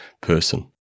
person